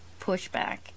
pushback